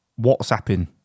WhatsApping